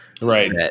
Right